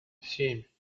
семь